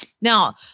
Now